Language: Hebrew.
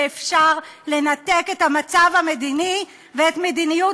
שאפשר לנתק את המצב המדיני ואת מדיניות